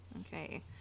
Okay